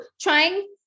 trying